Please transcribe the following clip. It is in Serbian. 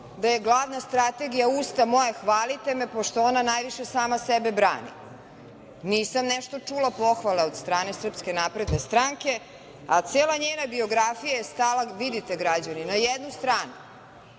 da je glavna strategija – usta moja, hvalite me, pošto ona najviše sama sebe brani. Nisam nešto čula pohvale od strane Srpske napredne stranke, a cela njena biografija je stala, vidite, građani, na jednu stranu.